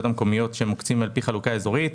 המקומיות שמוקצים על פי חלוקה אזורית.